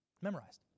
memorized